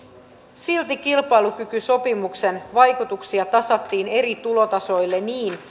silti kilpailukykysopimuksen vaikutuksia tasattiin eri tulotasoilla niin